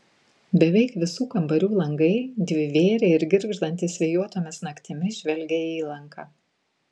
beveik visų kambarių langai dvivėriai ir girgždantys vėjuotomis naktimis žvelgia į įlanką